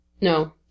no